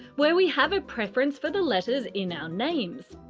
where we have a preference for the letters in our names.